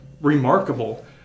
remarkable